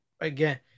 again